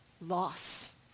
loss